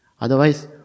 Otherwise